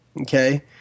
okay